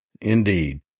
Indeed